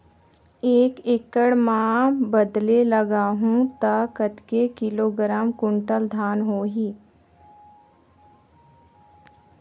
एक एकड़ मां बदले लगाहु ता कतेक किलोग्राम कुंटल धान होही?